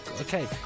okay